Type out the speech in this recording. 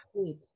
sleep